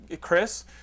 Chris